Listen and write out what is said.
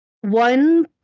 One